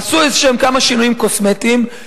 עשו כמה שינויים קוסמטיים,